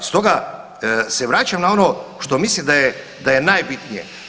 Stoga se vračam na ono što mislim da je najbitnije.